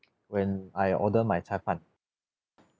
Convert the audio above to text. when I order my cai fan